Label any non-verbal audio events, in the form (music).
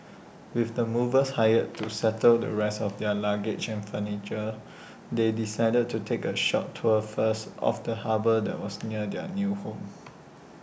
(noise) with the movers hired to settle the rest of their luggage and furniture (noise) they decided to take A short tour first of the harbour that was near their new home